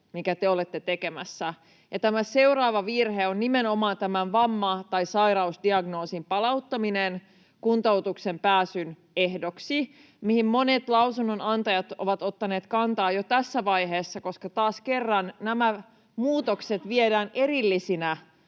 minkä te olette tekemässä. Tämä seuraava virhe on nimenomaan tämän vamma‑ tai sairausdiagnoosin palauttaminen kuntoutuksen pääsyn ehdoksi, mihin monet lausunnonantajat ovat ottaneet kantaa jo tässä vaiheessa, koska taas kerran nämä muutokset viedään erillisinä,